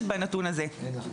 את הנתון הזה, זה בדיוק העניין.